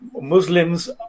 Muslims